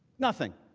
nothing.